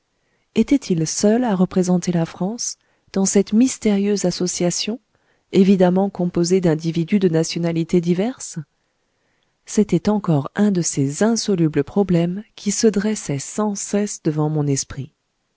était-il seul à représenter la france dans cette mystérieuse association évidemment composée d'individus de nationalités diverses c'était encore un de ces insolubles problèmes qui se dressaient sans cesse devant mon esprit